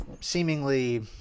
seemingly